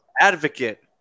Advocate